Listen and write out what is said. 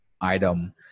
item